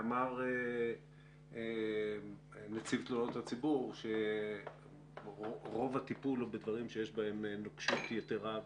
אמר נציב תלונות הציבור שרוב הטיפול הוא בדברים שיש בהם נוקשות יתרה.